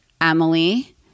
Emily